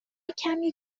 کمی